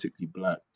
black